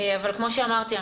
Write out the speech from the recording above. אבל כפי שאמרתי,